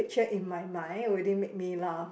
picture in my mind wouldn't make me laugh